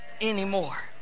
anymore